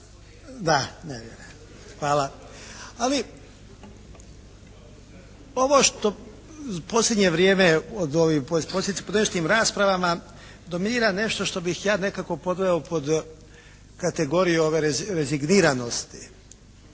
Da. Hvala. Ali ovo što u posljednje vrijeme od …/Govornik se ne razumije./… raspravama dominira nešto što bih ja nekako podveo pod kategoriju ove rezigniranosti.